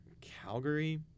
Calgary